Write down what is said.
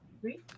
Three